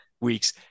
Weeks